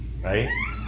right